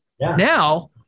Now